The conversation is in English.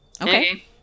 okay